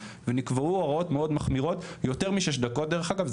ונקבעו הוראות מחמירות יותר משש דקות דרך אגב,